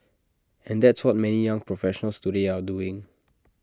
and that's what many young professionals today are doing